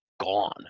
gone